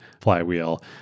flywheel